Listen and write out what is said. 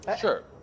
Sure